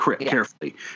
carefully